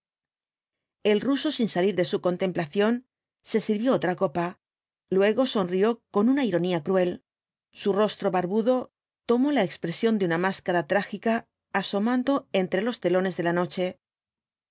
el ruso sin salir de su contemplación se sirvió otra copa luego sonrió con una ironía cruel su rostro barbudo tomó la expresión de una máscara trágica asomando entre los telones de la noche